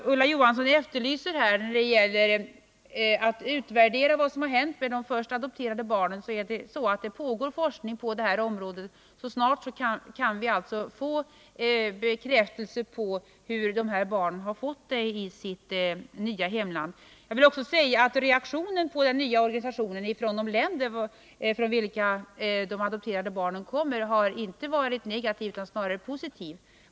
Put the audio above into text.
Ulla Johansson efterlyser en utvärdering av vad som har hänt med de först adopterade barnen. Det pågår ett forskningsarbete på detta område, och snart kan vi alltså få bekräftelse på hur dessa barn fått det i sitt nya hemland. Reaktionen på den nya organisationen från de länder från vilka de adopterade barnen kommer har inte varit negativ utan snarare positiv.